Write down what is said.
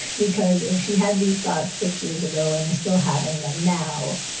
because if she had these thoughts six years ago and i still having them now,